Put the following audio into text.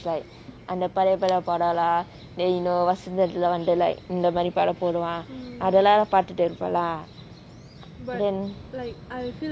like அந்த பழைய பழைய படம்:antha pazhaya pazhaya padam lah then you know vasantham leh வந்து:vanthu leh இந்த மாரி படம் போடுவான் முதலாம் பாத்துட்டு இருப்பான்:intha maari padam poduvaan athalam paathutu irupan leh then